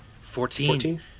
Fourteen